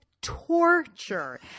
torture